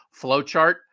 flowchart